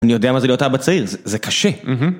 אני יודע מה זה להיות אבא צעיר, זה קשה.